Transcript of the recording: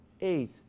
eight